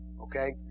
Okay